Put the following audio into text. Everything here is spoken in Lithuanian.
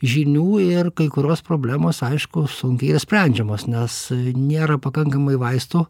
žinių ir kai kurios problemos aišku sunkiai sprendžiamos nes nėra pakankamai vaistų